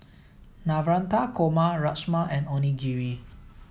Navratan Korma Rajma and Onigiri